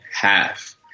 half